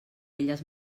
elles